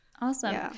Awesome